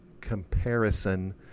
comparison